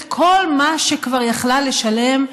את כל מה שכבר יכלה לשלם,